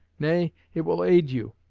nay, it will aid you,